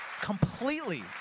Completely